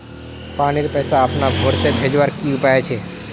पानीर पैसा अपना घोर से भेजवार की उपाय छे?